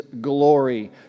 glory